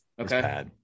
Okay